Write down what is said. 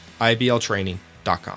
ibltraining.com